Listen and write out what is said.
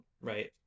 right